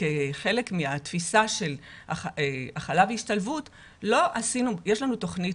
כחלק מהתפיסה של הכלה והשתלבות יש לנו תוכנית